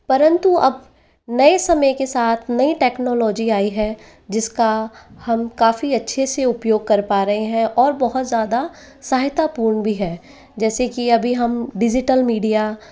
परन्तु अब नए समय के साथ नई टेक्नोलॉजी आई है जिसका हम काफ़ी अच्छे से उपयोग कर पा रहे हैं और बहुत ज़्यादा सहायता पूर्ण भी है जैसे कि अभी हम डिजिटल मीडिया